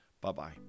bye-bye